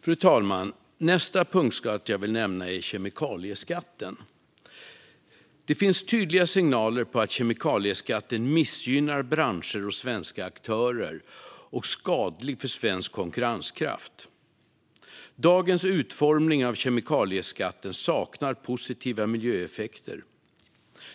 Fru talman! Nästa punktskatt jag vill nämna är kemikalieskatten. Det finns tydliga signaler på att kemikalieskatten missgynnar branscher och svenska aktörer och är skadlig för svensk konkurrenskraft. Dagens utformning av kemikalieskatten saknar positiva miljöeffekter.